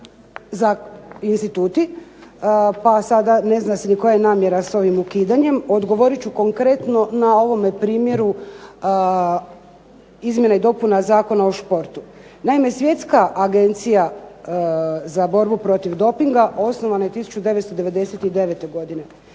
pa sada ne zna ni koja je namjera sa ovim ukidanjem, odgovorit ću konkretno na ovome primjeru izmjena i dopuna Zakona o športu. Naime Svjetska agencija za borbu protiv dopinga osnovana je 1999. godine.